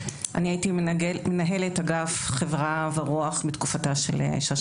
והייתי מנהלת אגף חברה ורוח בתקופת שאשא